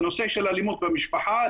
בנושא של אלימות במשפחה,